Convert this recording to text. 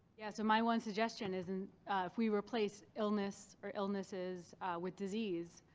yeah. so my one suggestion is and if we replace illness or illnesses with disease,